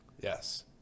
Yes